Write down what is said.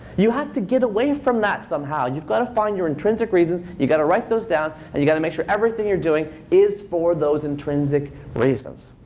you have to get away from that somehow. you've got to find your intrinsic reasons. you've got to write those down, and you gotta make sure everything you're doing is for those intrinsic reasons.